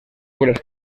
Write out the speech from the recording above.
obres